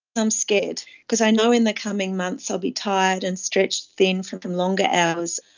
i'm scared because i know in the coming months i'll be tired and stretched thin from from longer hours.